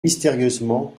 mystérieusement